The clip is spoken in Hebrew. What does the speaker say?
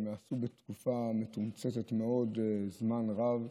הם עשו בתקופה מתומצתת מאוד זמן רב.